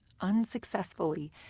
unsuccessfully